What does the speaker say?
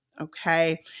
Okay